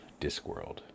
Discworld